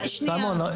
סימון,